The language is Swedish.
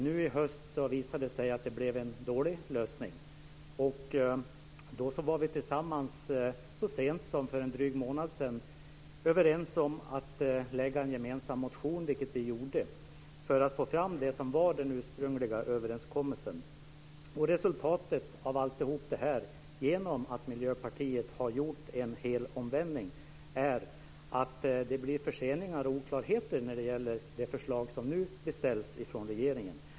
Nu i höst visade det sig att det blev en dålig lösning. Så sent som för en dryg månad sedan var vi överens om att väcka en gemensam motion, vilket vi gjorde, för att få fram det som var den ursprungliga överenskommelsen. Genom att Miljöpartiet har gjort en helomvändning blev resultatet av alltihop att det blir förseningar och oklarheter när det gäller det förslag som nu beställs från regeringen.